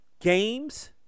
games